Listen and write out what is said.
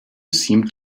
seemed